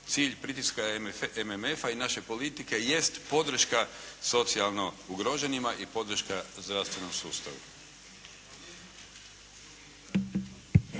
Cilj pritiska MMF-a i naše politike jest podrška socijalno ugroženima i podrška zdravstvenom sustavu.